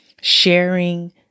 Sharing